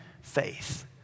faith